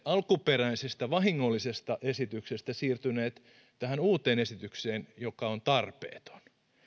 alkuperäisestä vahingollisesta esityksestä siirtyneet tähän uuteen esitykseen joka on tarpeeton